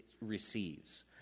receives